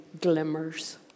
glimmers